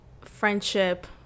friendship